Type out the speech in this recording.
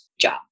job